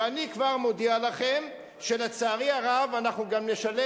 ואני כבר מודיע לכם שלצערי הרב אנחנו גם נשלם